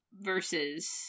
versus